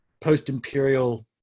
post-imperial